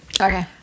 Okay